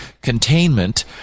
containment